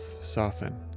soften